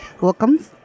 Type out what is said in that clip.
Welcome